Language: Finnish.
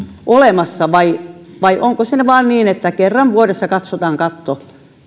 vai vai onko se vain niin että kerran vuodessa katsotaan katto